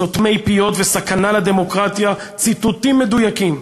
"סותמי פיות" ו"סכנה לדמוקרטיה" ציטוטים מדויקים,